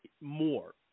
more